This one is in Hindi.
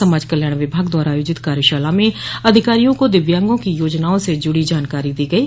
समाज कल्याण विभाग द्वारा आयोजित कार्यशाला में अधिकारियों को दिव्यांगों की योजनाओं से जुडी जानकारी दी गयी